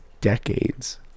decades